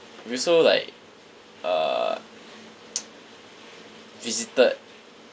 we also like uh visited